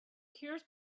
cures